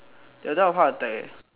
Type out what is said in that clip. they will die of heart attack eh